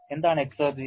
എന്താണ് എക്സർജി